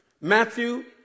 Matthew